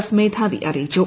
F മേധാവി അറിയിച്ചു